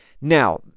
Now